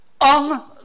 On